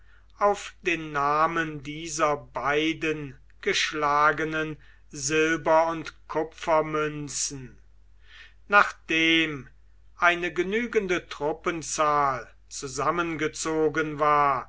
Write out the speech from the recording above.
auf den namen dieser beiden geschlagenen silber und kupfermünzen nachdem eine genügende truppenzahl zusammengezogen war